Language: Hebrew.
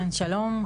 שלום,